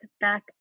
back